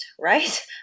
right